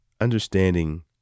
understanding